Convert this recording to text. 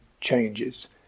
changes